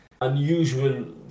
unusual